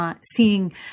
seeing